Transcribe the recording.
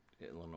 Illinois